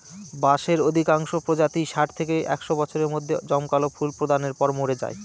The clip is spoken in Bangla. বাঁশের অধিকাংশ প্রজাতিই ষাট থেকে একশ বছরের মধ্যে জমকালো ফুল প্রদানের পর মরে যায়